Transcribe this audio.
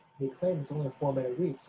we claim it's only a four minute read,